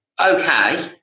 okay